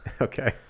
Okay